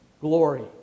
glory